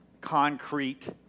concrete